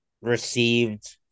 received